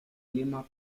clima